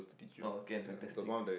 oh okay and fantastic